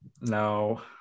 No